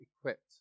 equipped